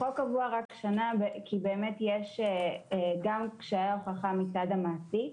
בחוק קבוע רק שנה כי באמת יש גם קשיי הוכחה מצד המעסיק,